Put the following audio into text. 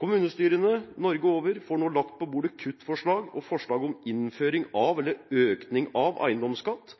Kommunestyrene Norge over får nå lagt på bordet kuttforslag og forslag om innføring av eller økning av eiendomsskatt.